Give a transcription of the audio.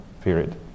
period